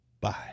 Bye